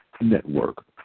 Network